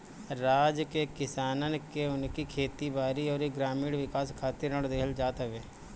राज्य के किसानन के उनकी खेती बारी अउरी ग्रामीण विकास खातिर ऋण देहल जात हवे